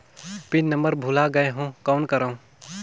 Pin number भुला गयें हो कौन करव?